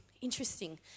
Interesting